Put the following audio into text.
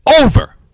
over